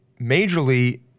majorly